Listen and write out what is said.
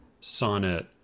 sonnet